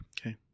Okay